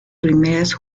primeras